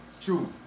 True